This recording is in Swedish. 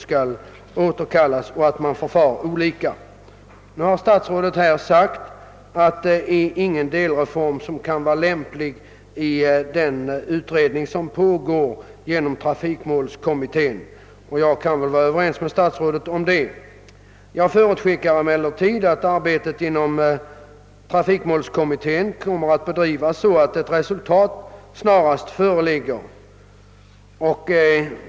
Statsrådet har i sitt svar sagt att det inte är lämpligt att genomföra någon delreform innan trafikmålskommitténs arbete är slutfört. Jag kan vara överens med honom härom, men jag förutskickar att arbetet inom kommittén kommer att påskyndas så att resultat snarast föreligger.